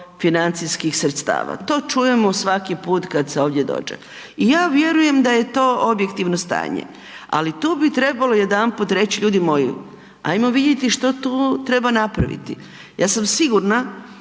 financijski sredstava, to čujemo svaki put kad se ovdje dođe i ja vjerujem da je to objektivno stanje, ali tu bi trebalo jedanput reć ljudi moji ajmo vidjeti što tu treba napraviti. Ja sam sigurna